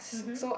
mmhmm